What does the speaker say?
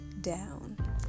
down